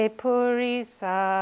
purisa